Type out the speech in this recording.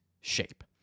shape